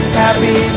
happy